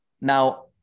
Now